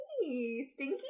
Stinky